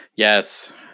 Yes